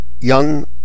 young